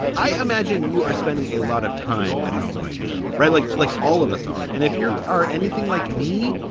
i imagine you are spending a lot of time at home right now. right, like like all of us are. and if you are anything like me,